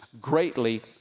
greatly